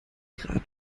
grad